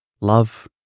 love